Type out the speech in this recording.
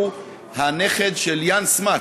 שהוא הנכד של יאן סמאטס,